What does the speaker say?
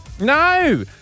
No